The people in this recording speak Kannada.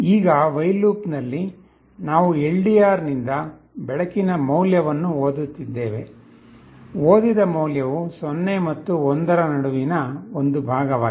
ಈಗ ವಯ್ಲ್ ಲೂಪ್ನಲ್ಲಿ ನಾವು LDR ನಿಂದ ಬೆಳಕಿನ ಮೌಲ್ಯವನ್ನು ಓದುತ್ತಿದ್ದೇವೆ ಓದಿದ ಮೌಲ್ಯವು 0 ಮತ್ತು 1 ರ ನಡುವಿನ ಒಂದು ಭಾಗವಾಗಿದೆ